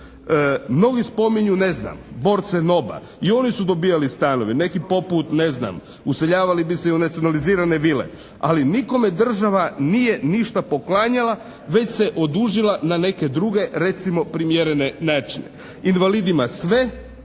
Mnogi spominju ne znam, borce NOB-a. I oni su dobijali stanove. Neki poput ne znam, useljavali bi se u nacionalizirane vile, ali nikome država nije ništa poklanjala već se odužila na neke druge recimo primjerene načine. Invalidima sve,